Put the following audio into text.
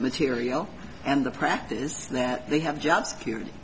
material and the practice is that they have job security